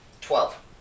Twelve